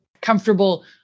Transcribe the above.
comfortable